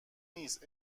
نیست